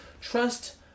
trust